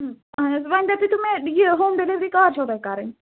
اَہن حظ وَنۍ دَپُو مےٚ یہِ ہوم ڈیٚلؤری کر چھَو تۄہہِ کَرٕنۍ